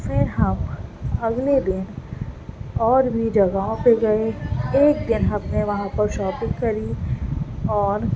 پھر ہم اگلے دن اور بھی جگہوں پہ گئے ایک دن ہم نے وہاں پر شاپنگ کری اور